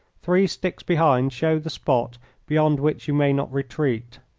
three sticks behind show the spot beyond which you may not retreat.